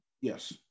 Yes